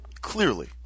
Clearly